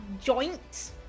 joint